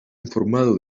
informado